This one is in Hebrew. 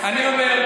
הוא מתפרנס,